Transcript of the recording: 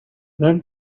then